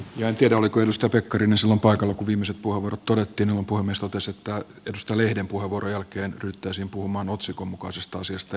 en tiedä oliko stoke grimes on paikalla kun ihmiset puhuvat todettiin ampua myös totesi pirstaleinen puhuri jälkeen rytkösen puhumaan otsikon mukaisista asioista